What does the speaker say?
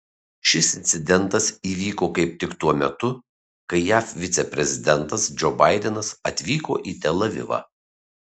šis incidentas įvyko kaip tik tuo metu kai jav viceprezidentas džo baidenas atvyko į tel avivą